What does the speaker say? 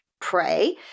pray